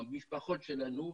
המשפחות שלנו,